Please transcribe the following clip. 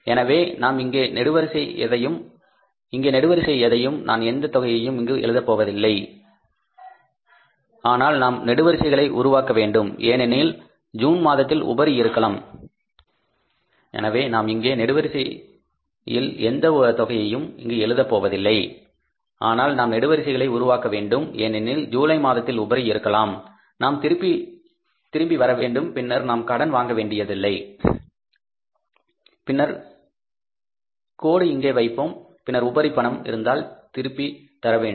எனவே நாம் இங்கே நெடுவரிசையில் எதையும் எந்த தொகையையும் இங்கு எழுதப்போவதில்லை ஆனால் நாம் நெடுவரிசைகளை உருவாக்க வேண்டும் ஏனெனில் ஜூலை மாதத்தில் உபரி இருக்கலாம் நாம் திரும்பி தர வேண்டும் பின்னர் நாம் கடன் வாங்க வேண்டியதில்லை பின்னர் கோடு இங்கே வைப்போம் பின்னர் உபரி பணம் இருந்தால் திரும்பி தர வேண்டும்